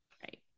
right